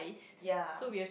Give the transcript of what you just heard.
ya